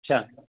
अच्छा